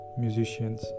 musicians